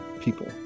people